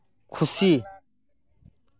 ᱠᱷᱩᱥᱤ